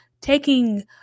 taking